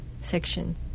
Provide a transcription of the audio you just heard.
section